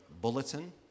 bulletin